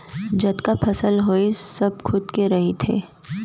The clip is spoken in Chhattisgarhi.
जतका फसल होइस सब खुद के रहिथे